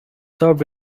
served